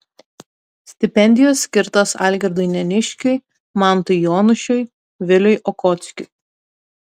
stipendijos skirtos algirdui neniškiui mantui jonušiui viliui okockiui